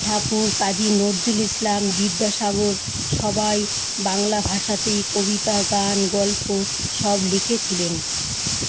ঠাকুর কাজী নজরুল ইসলাম বিদ্যাসাগর সবাই বাংলা ভাষাতেই কবিতা গান গল্প সব লিখেছিলেন